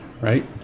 right